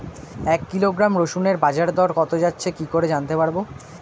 এক কিলোগ্রাম রসুনের বাজার দর কত যাচ্ছে কি করে জানতে পারবো?